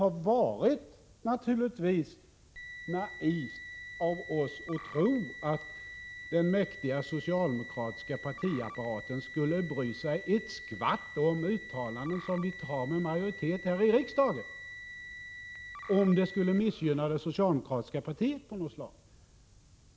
Det har naturligtvis varit naivt av oss att tro att den mäktiga socialdemokratiska partiapparaten skulle bry sig ett skvatt om uttalanden som vi antar med majoritet här i riksdagen, om dessa på något sätt skulle missgynna det socialdemokratiska partiet.